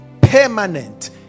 permanent